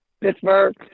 Pittsburgh